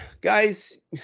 guys